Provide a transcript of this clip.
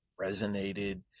resonated